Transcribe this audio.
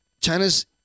China's